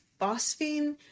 phosphine